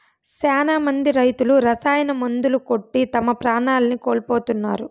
శ్యానా మంది రైతులు రసాయన మందులు కొట్టి తమ ప్రాణాల్ని కోల్పోతున్నారు